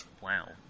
Wow